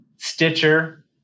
stitcher